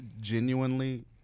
Genuinely